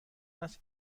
است